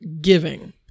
giving